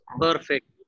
Perfect